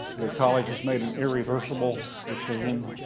the college has made an irreversible decision,